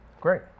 great